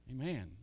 Amen